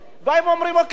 אתם מסייעים לנו,